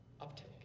uptake